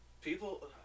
People